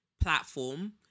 platform